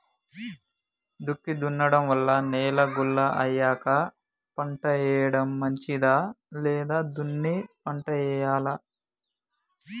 దుక్కి దున్నడం వల్ల నేల గుల్ల అయ్యాక పంట వేయడం మంచిదా లేదా దున్ని పంట వెయ్యాలా?